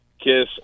kiss